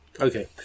Okay